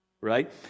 Right